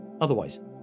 Otherwise